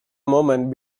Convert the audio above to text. moment